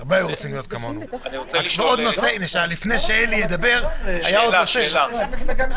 וזה יפה להגיד תפעלו